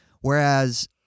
whereas